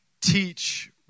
teach